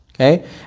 okay